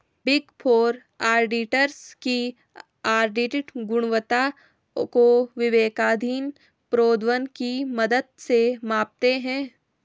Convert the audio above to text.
big four auditors की audit गुणवत्ता को विवेकाधीन प्रोद्भवन की मदद से मापते हैं